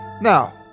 Now